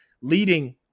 leading